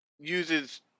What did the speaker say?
uses